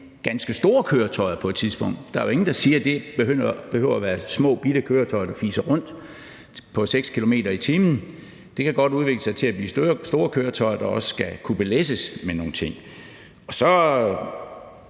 ganske store køretøjer på et tidspunkt. Der er jo ingen, der siger, at det behøver at være små bitte køretøjer, der fiser rundt med 6 km/t., det kan godt udvikle sig til at blive store køretøjer, der også skal kunne belæsses med nogle ting. Så